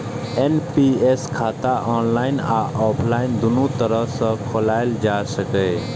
NPS खाता online आ offline, दुनू तरह सं खोलाएल जा सकैए